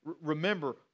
remember